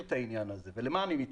את העניין הזה ואומר למה אני מתכוון.